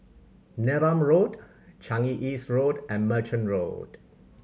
Neram Road Changi East Road and Merchant Road